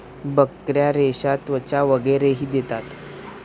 बकऱ्या रेशा, त्वचा वगैरेही देतात